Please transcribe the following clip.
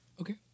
Okay